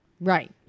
Right